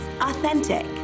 authentic